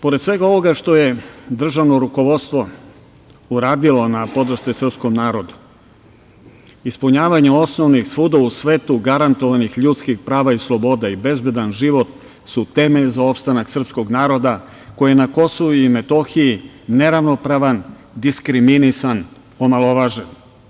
Pored svega ovoga što je državno rukovodstvo uradilo na podršci srpskom narodu, ispunjavanje osnovnih, svuda u svetu garantovanih ljudskih prava i sloboda i bezbedan život su temelj za opstanak srpskog naroda koji je na Kosovu i Metohiji neravnopravan, diskriminisan, omalovažen.